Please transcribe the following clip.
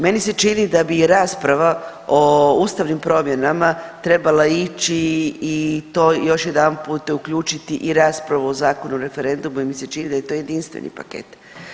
Meni se čini da bi i rasprava o ustavnim promjenama trebala ići i to još jedanput uključiti i raspravu o Zakonu o referendumu jer mi se čini da je to jedinstveni paket.